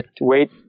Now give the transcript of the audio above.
wait